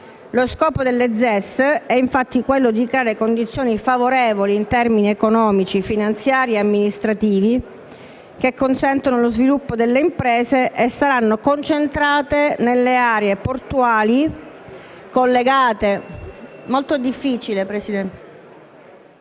Lo scopo delle ZES è infatti quello di creare condizioni favorevoli in termini economici, finanziari e amministrativi, che consentano lo sviluppo delle imprese e saranno concentrate nelle aree portuali collegate alla rete